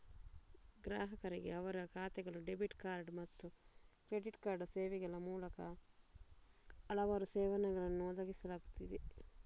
ಗ್ರಾಹಕರಿಗೆ ಅವರ ಖಾತೆಗಳು, ಡೆಬಿಟ್ ಕಾರ್ಡ್ ಮತ್ತು ಕ್ರೆಡಿಟ್ ಕಾರ್ಡ್ ಸೇವೆಗಳ ಮೂಲಕ ಹಲವಾರು ಸೇವೆಗಳನ್ನು ಒದಗಿಸಲಾಗುತ್ತಿದೆ